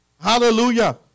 Hallelujah